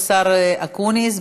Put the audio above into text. השר אקוניס,